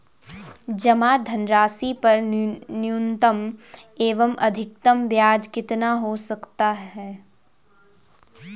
जमा धनराशि पर न्यूनतम एवं अधिकतम ब्याज कितना हो सकता है?